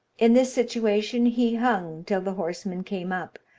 in this situation he hung till the horsemen came up,